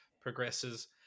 progresses